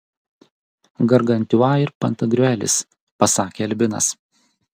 gargantiua ir pantagriuelis pasakė albinas